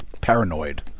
Paranoid